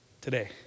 today